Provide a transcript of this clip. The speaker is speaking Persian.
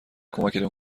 کمکتون